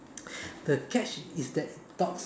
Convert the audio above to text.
the catch is that it talks